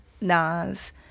Nas